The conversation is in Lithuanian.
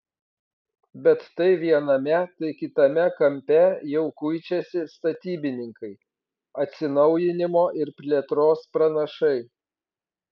bet tai viename tai kitame kampe jau kuičiasi statybininkai atsinaujinimo ir plėtros pranašai